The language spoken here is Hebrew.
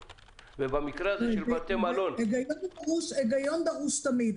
ובמקרה הזה של בתי מלון --- היגיון דרוש תמיד,